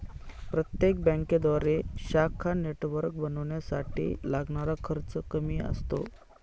प्रत्यक्ष बँकेद्वारे शाखा नेटवर्क बनवण्यासाठी लागणारा खर्च कमी असतो